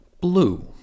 Blue